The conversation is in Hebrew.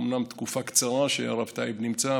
אומנם תקופה קצרה שהרב טייב נמצא,